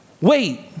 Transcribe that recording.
Wait